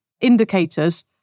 indicators